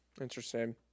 interesting